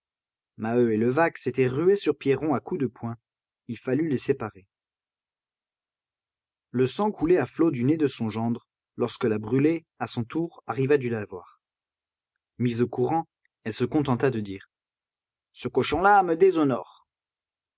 maheu et levaque s'étaient rués sur pierron à coups de poing il fallut les séparer le sang coulait à flots du nez de son gendre lorsque la brûlé à son tour arriva du lavoir mise au courant elle se contenta de dire ce cochon là me déshonore